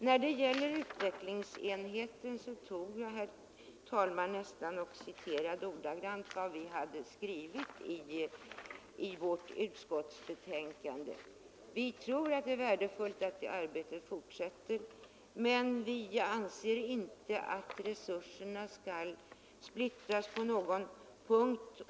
När det gäller utvecklingsenheten, herr talman, citerade jag nästan ordagrant vad vi hade skrivit i vårt utskottsbetänkande. Vi tror att det är värdefullt att det arbetet fortsätter, men vi anser inte att resurserna skall splittras på någon punkt.